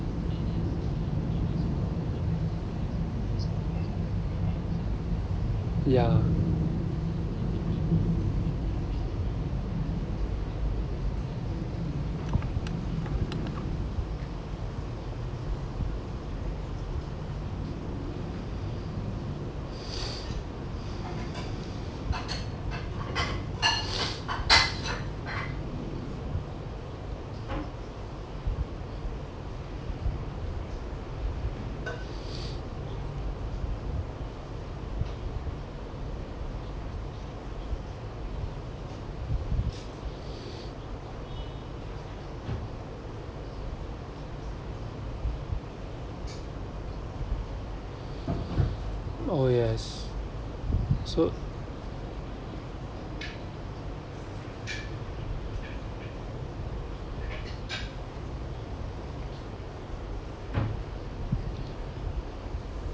ya oh yes so